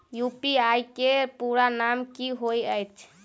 UPI केँ पूरा नाम की होइत अछि?